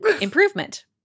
Improvement